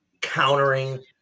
countering